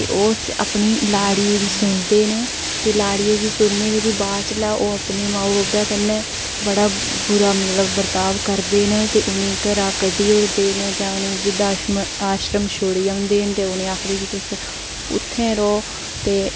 ते ओह् उस अपनी लाड़िये दी सुनदे न ते लाड़िये दे सुनने दे बाद ओह् अपने माऊ बब्बे कन्नै बडा बुरा मतलब बर्ताब करदे न ते उ'नें ई घरै दा कड्ढी औड़दे न जा उ'नें ई बृद्ध आशम आश्रम छोड़ी औंदे न ते उ'नें ई आखदे कि तुस उत्थै र'वो